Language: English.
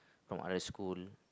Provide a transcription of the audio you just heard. from other school